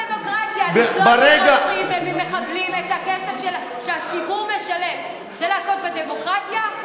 לשלול מרוצחים וממחבלים את הכסף שהציבור משלם זה להכות בדמוקרטיה?